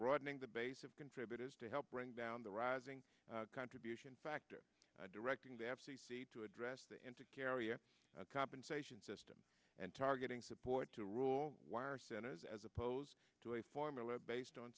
broadening the base of contributors to help bring down the rising contribution factor directing the f c c to address the into carrier compensation system and targeting support to rule y or centers as opposed to a formula based on